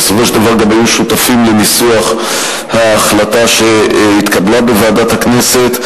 ובסופו של דבר גם היו שותפים לניסוח ההחלטה שהתקבלה בוועדת הכנסת,